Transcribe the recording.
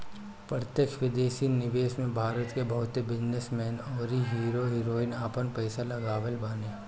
प्रत्यक्ष विदेशी निवेश में भारत के बहुते बिजनेस मैन अउरी हीरो हीरोइन आपन पईसा लगवले बाने